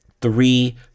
three